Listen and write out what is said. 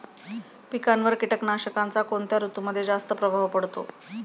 पिकांवर कीटकनाशकांचा कोणत्या ऋतूमध्ये जास्त प्रभाव पडतो?